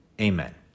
Amen